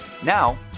Now